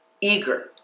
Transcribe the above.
Eager